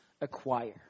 acquire